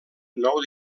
nou